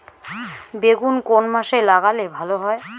বেগুন কোন মাসে লাগালে ভালো হয়?